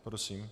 Prosím.